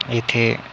इथे